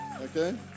Okay